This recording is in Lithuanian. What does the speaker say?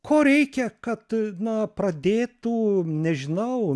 ko reikia kad na pradėtų nežinau